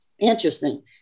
Interesting